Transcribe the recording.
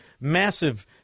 massive